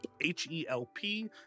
H-E-L-P